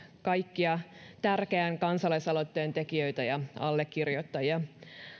kaikkia tärkeän kansalaisaloitteen tekijöitä ja allekirjoittajia